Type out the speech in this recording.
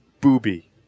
booby